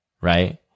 right